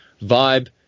vibe